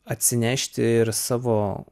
atsinešti ir savo